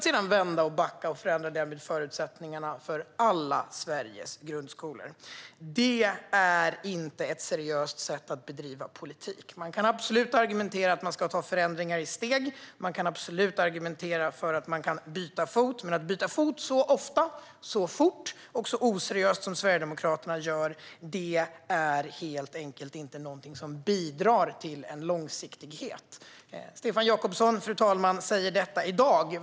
Sedan vänder man, backar och förändrar därmed förutsättningarna för alla Sveriges grundskolor. Det är inte ett seriöst sätt att bedriva politik. Man kan absolut argumentera för att förändringar ska göras i steg, och man kan absolut argumentera för att det går att byta fot. Men att byta fot så ofta, så fort och så oseriöst som Sverigedemokraterna gör är helt enkelt inte något som bidrar till långsiktighet. Stefan Jakobsson säger detta i dag, fru talman.